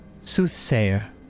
Soothsayer